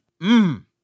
Mmm